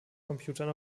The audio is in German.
computern